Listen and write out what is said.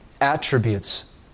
attributes